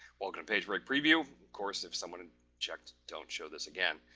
welcome to page break preview. of course if someone checked, don't show this again.